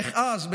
איך אז,